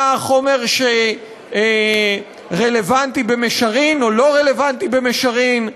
מה החומר שרלוונטי במישרין או לא רלוונטי במישרין?